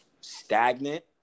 stagnant